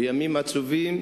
בימים עצובים,